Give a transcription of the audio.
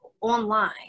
online